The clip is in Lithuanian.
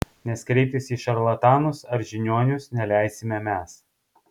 nes kreiptis į šarlatanus ar žiniuonius neleisime mes